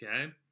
okay